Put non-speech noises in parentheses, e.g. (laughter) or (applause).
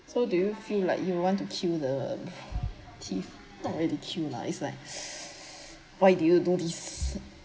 so do you feel like you want to kill the thief not really kill lah it's like (noise) why do you do this